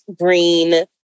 green